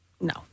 No